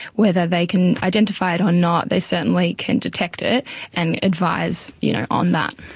whether they can identify it or not, they certainly can detect it and advise you know on that.